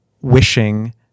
wishing